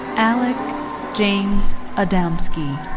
alec james adamski.